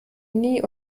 nie